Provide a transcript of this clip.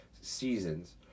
seasons